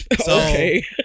Okay